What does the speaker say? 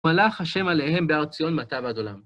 מלך השם עליהם בהר ציון מעתה ועד עולם.